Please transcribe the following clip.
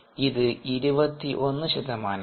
ഇത് 21 ശതമാനമാണ്